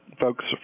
folks